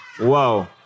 Whoa